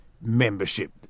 membership